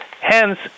hence